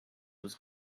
was